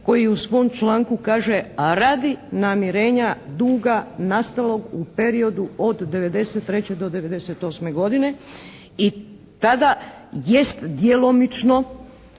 koji u svom članku kaže radi namirenja duga nastalog u periodu od '93. do '98. godine i tada jest djelomično